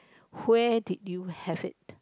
where did you have it